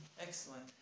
Excellent